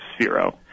Sphero